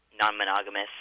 non-monogamous